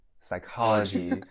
psychology